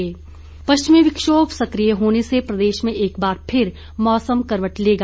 मौसम पश्चिमी विक्षोम सकिय होने से प्रदेश में एक बार फिर मौसम करवट लेगा